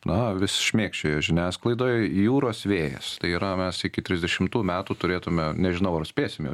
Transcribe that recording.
na vis šmėkščiojo žiniasklaidoj jūros vėjas tai yra mes iki trisdešimtų metų turėtume nežinau ar spėsime